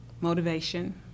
motivation